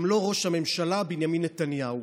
גם לא ראש הממשלה בנימין נתניהו,